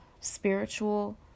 spiritual